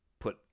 put